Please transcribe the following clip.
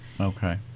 Okay